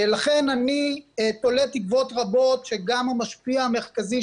לכן אני תולה תקוות רבות שגם המשפיע המרכזי,